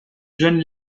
jeune